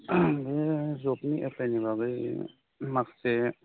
जबनि एप्लाइनि बागै माखासे